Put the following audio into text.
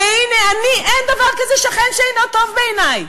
והנה אני, אין דבר כזה שכן שאינו טוב בעיני.